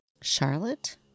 Charlotte